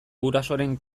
gurasoren